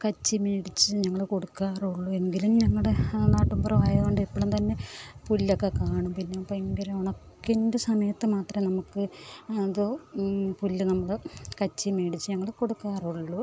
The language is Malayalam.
കച്ചി മേടിച്ച് ഞങ്ങൾ കൊടുക്കാറുള്ളു എങ്കിലും ഞങ്ങളുടെ നാട്ടുംപുറം ആയത് കൊണ്ട് എപ്പളും തന്നെ പുല്ലൊക്കെ കാണും പിന്നെ ഭയങ്കര ഉണക്കിന്റെ സമയത്ത് മാത്രമേ നമ്മൾക്ക് അത് പുല്ല് നമ്മൾ കച്ചി മേടിച്ച് ഞങ്ങൾ കൊടുക്കാറുള്ളു